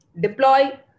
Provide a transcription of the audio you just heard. deploy